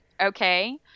Okay